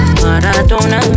maratona